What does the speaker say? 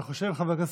אני חושב, חבר הכנסת